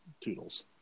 toodles